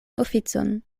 oficon